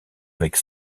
avec